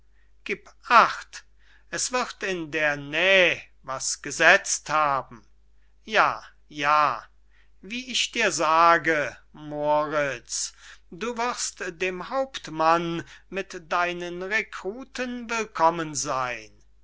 acht es wird in der näh was gesetzt haben ja ja wie ich dir sage moriz du wirst dem hauptmann mit deinen rekruten willkommen seyn